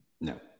No